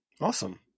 Awesome